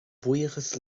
buíochas